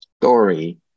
story